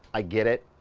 i get it.